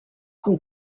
some